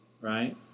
right